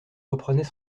reprenait